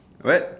what